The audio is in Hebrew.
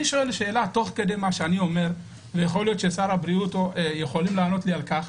אני שואל שאלה ויכול להיות ששר הבריאות יוכל לענות לי על כך,